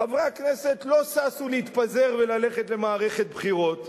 חברי הכנסת לא ששו להתפזר וללכת למערכת בחירות,